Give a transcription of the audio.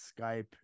Skype